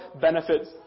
benefits